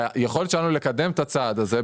היכולת שלנו לקדם את הצעד הזה,